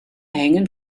hängen